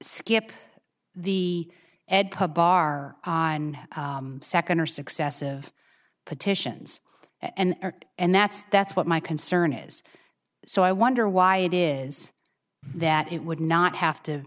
skip the ed pub bar on second or successive petitions and and that's that's what my concern is so i wonder why it is that it would not have to